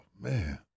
man